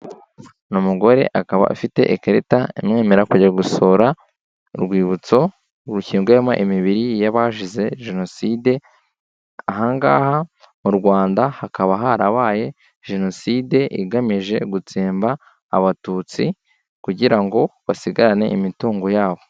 Ni umugore akaba afite ikarita imwemerera kujya gusura urwibutso rushyinguyemo imibiri y'abazize jenoside, aha ngaha mu Rwanda hakaba harabaye jenoside igamije gutsemba abatutsi kugira ngo basigarane imitungo yabo.